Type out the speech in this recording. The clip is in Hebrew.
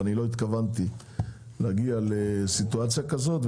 ולא התכוונתי להגיע לסיטואציה כזאת.